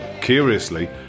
curiously